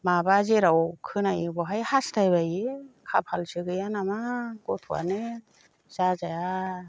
माबा जेराव खोनायो बेवहाय हास्थायबायो खाफालसो गैयानामा गथ'आनो जाजाया